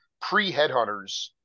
pre-headhunters